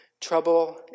trouble